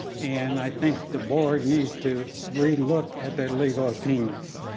and i think the board needs to re look at their legal opinions.